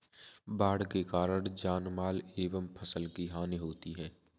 बाढ़ के कारण जानमाल एवं फसल की हानि होती है